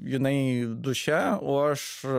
jinai duše o aš